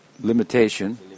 limitation